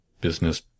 business